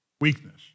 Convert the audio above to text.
weakness